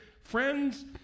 Friends